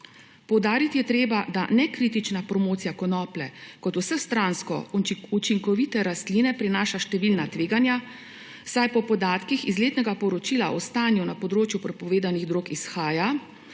Poudariti je treba, da nekritična promocija konoplje kot vsestransko učinkovite rastline prinaša številna tveganja, saj po podatkih iz letnega poročila o stanju na področju prepovedanih drog izhaja,